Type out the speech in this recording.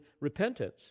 repentance